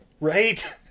Right